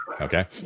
Okay